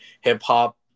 hip-hop